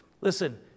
Listen